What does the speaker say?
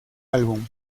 álbum